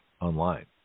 online